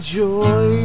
joy